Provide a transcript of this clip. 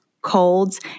colds